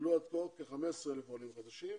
עלו עד כה כ-15,000 עולים חדשים.